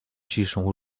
ciszą